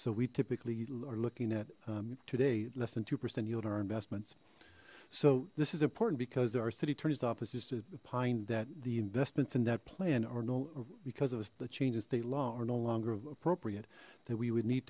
so we typically are looking at today less than two percent yield our investments so this is important because there are city attorney's offices to find that the investments in that plan are no because of the change in state law are no longer appropriate that we would need